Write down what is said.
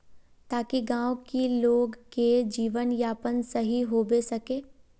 ताकि गाँव की लोग के जीवन यापन सही होबे सके?